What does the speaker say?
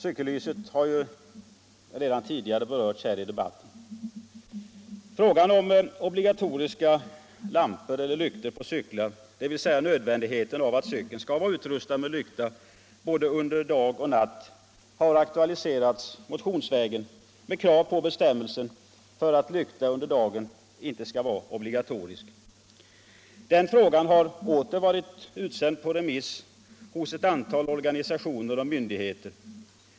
Cykellyset har ju redan tidigare berörts här i debatten. Frågan om lyktor på cyklar och nödvändigheten av att cykeln skall vara utrustad med lykta under både dag och natt har aktualiserats motionsvägen med krav på att bestämmelsen om lykta under dagen ej skall vara obligatorisk. Den frågan har åter varit utsänd på remiss hos ett antal organisationer och myndigheter.